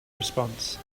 response